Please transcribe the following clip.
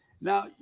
Now